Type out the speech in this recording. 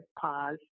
pause